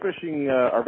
fishing